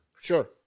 Sure